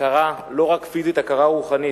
הכרה לא רק פיזית, הכרה רוחנית.